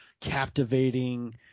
captivating